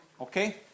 Okay